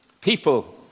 People